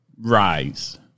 rise